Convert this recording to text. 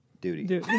duty